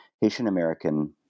Haitian-American